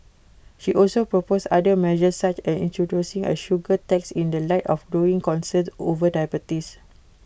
she also proposed other measures such as introducing A sugar tax in the light of growing concerns over diabetes